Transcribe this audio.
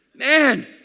man